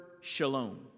shalom